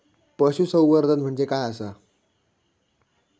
पशुसंवर्धन म्हणजे काय आसा?